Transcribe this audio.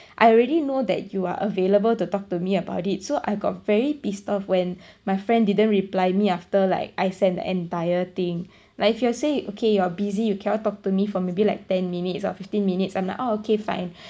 I already know that you are available to talk to me about it so I got very pissed off when my friend didn't reply me after like I sent the entire thing like if you're say okay you are busy you cannot talk to me for maybe like ten minutes or fifteen minutes I'm like oh okay fine